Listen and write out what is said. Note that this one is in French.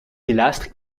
pilastres